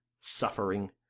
suffering